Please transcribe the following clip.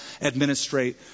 administrate